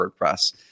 WordPress